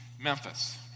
Memphis